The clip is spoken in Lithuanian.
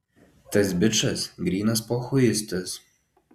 tas bičas grynas pochuistas